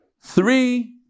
three